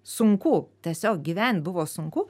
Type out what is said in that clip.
sunku tiesiog gyvent buvo sunku